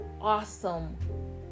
awesome